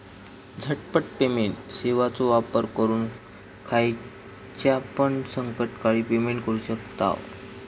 झटपट पेमेंट सेवाचो वापर करून खायच्यापण संकटकाळी पेमेंट करू शकतांव